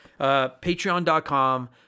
Patreon.com